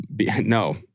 No